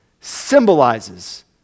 symbolizes